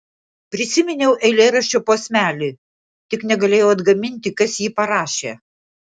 prisiminiau eilėraščio posmelį tik negalėjau atgaminti kas jį parašė